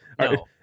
No